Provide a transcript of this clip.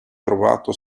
trovato